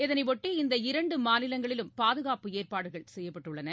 இதனையொட்டி இந்த இரண்டு ம ாநிலங்களிலும் பாதுகாப்பு ஏற்பாடுகள் செய்யப்பட்டுள்ளன